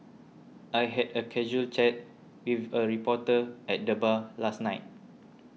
I had a casual chat with a reporter at the bar last night